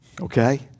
Okay